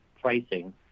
pricing